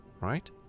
right